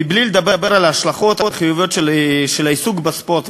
מבלי לדבר על ההשלכות החיוביות של העיסוק בספורט,